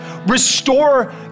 Restore